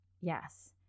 yes